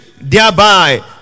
thereby